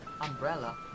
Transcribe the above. umbrella